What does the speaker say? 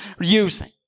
using